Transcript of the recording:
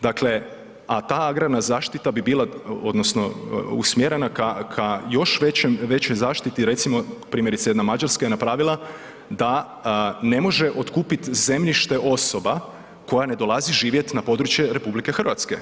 Dakle, a ta agrarna zaštita bi bila odnosno usmjerena ka, ka još većem, većoj zaštiti, recimo primjerice jedna Mađarska je napravila da ne može otkupit zemljište osoba koja ne dolazi živjet na područje RH.